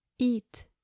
Eat